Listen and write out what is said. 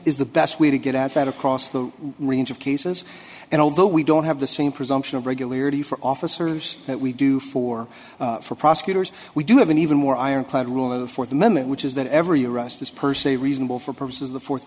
is the best way to get at that across the range of cases and although we don't have the same presumption of regularity for officers that we do for for prosecutors we do have an even more ironclad rule of the fourth amendment which is that every arrest is per se reasonable for purposes the fourth